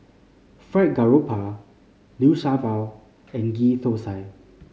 Fried Garoupa Liu Sha Bao and Ghee Thosai